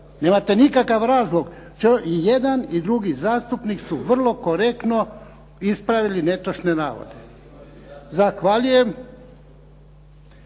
Nemate nikakav razlog. I jedan i drugi zastupnik su vrlo korektno ispravili netočne navode. Zahvaljujem.